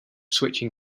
switching